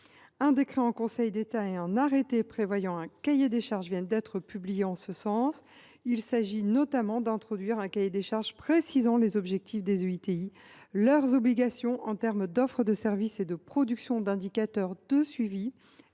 Un décret en Conseil d’État et un arrêté prévoyant un cahier des charges viennent d’être publiés en ce sens. Il s’agit notamment de préciser les objectifs des EITI, leurs obligations en matière d’offre de services et de production d’indicateurs de suivi